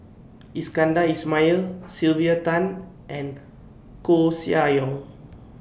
Iskandar Ismail Sylvia Tan and Koeh Sia Yong